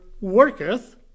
worketh